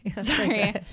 sorry